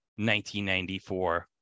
1994